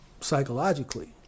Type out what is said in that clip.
psychologically